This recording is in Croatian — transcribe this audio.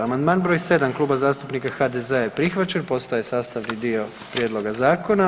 Amandman br. 7 Kluba zastupnika HDZ-a je prihvaćen, postaje sastavni dio prijedloga zakona.